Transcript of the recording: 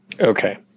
Okay